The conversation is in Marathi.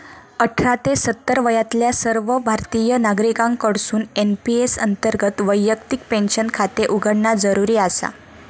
अठरा ते सत्तर वयातल्या सर्व भारतीय नागरिकांकडसून एन.पी.एस अंतर्गत वैयक्तिक पेन्शन खाते उघडणा जरुरी आसा